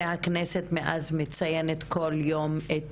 ומאז הכנסת מציינת כל שנה את